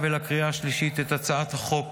השלישית, את הצעת חוק